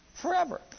Forever